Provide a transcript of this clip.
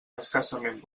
escassament